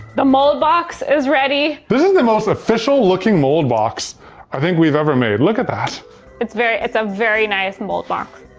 the mold box is ready. this is the most official looking mold box i think we've ever made. look at that. katelyn it's very, it's a very nice mold box.